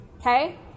Okay